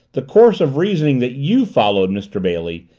the course of reasoning that you followed, mr. bailey,